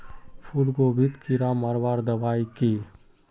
फूलगोभीत कीड़ा मारवार दबाई की?